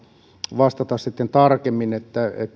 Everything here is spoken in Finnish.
vastata sitten tarkemmin